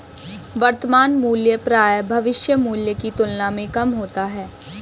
वर्तमान मूल्य प्रायः भविष्य मूल्य की तुलना में कम होता है